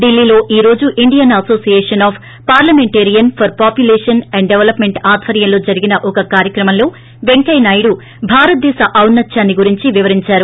డిల్లీలో ఈ రోజు Indian association of parliamentarians for population and development ఆధ్వర్యంలో జరిగిన ఒక కార్యక్రమంలో వెంకయ్య నాయుడు భారతదేశ ఔన్న త్యాన్ని గురించి వివరించారు